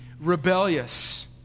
rebellious